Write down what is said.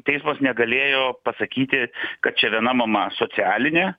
teismas negalėjo pasakyti kad čia viena mama socialinė